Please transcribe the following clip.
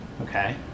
Okay